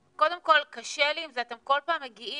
קודם כל קשה לי עם זה, אתם כל פעם מגיעים